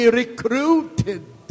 recruited